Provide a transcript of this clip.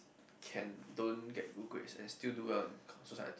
can don't get good grades and still do well in society